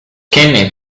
skinny